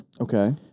Okay